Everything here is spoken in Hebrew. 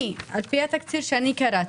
על פי התקציר שאני קראתי,